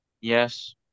Yes